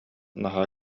наһаа